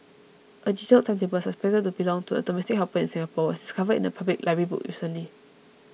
a detailed timetable suspected to belong to a domestic helper in Singapore was discovered in a public library book recently